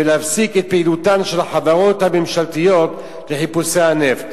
ולהפסיק את פעילותן של החברות הממשלתיות בחיפושי הנפט.